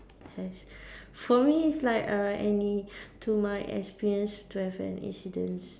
yes for me it's like err any to my experience to have an incidents